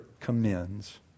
commends